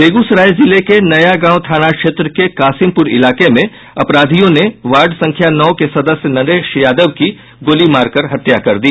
बेगूसराय जिले के नया गांव थाना क्षेत्र के कासिमपुर इलाके में अपराधियों ने वार्ड संख्या नौ के सदस्य नरेश यादव की गोली मारकर हत्या कर दी